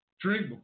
drink